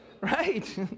right